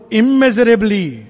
immeasurably